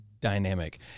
dynamic